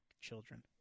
children